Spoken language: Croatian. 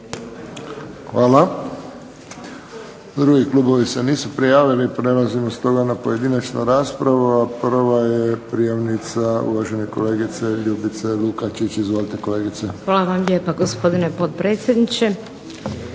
Hvala. Drugi klubovi se nisu prijavili prelazimo stoga na pojedinačnu raspravu, a prava je prijavnica uvažene kolegice Ljubice Lukačić. Izvolite kolegice. **Lukačić, Ljubica (HDZ)** Hvala vam gospodine potpredsjedniče.